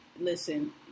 listen